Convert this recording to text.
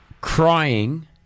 crying